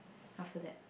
after that